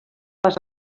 pas